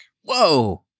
Whoa